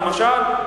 מה למשל?